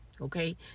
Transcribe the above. okay